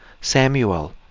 Samuel